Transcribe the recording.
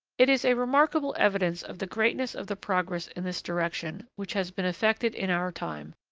it is a remarkable evidence of the greatness of the progress in this direction which has been effected in our time,